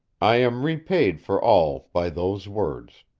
i am repaid for all by those words,